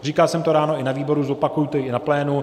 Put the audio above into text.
Říkal jsem to ráno na výboru, zopakuji to i na plénu.